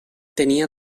tenia